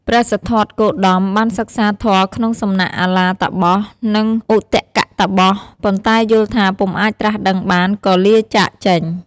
ព្រះសិទ្ធត្ថគោតមបានសិក្សាធម៌ក្នុងសំណាក់អាឡារតាបស និងឧទកតាបស ប៉ុន្តែយល់ថាពុំអាចត្រាស់ដឹងបាន ក៏លាចាកចេញ។